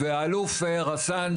והאלוף רסאן,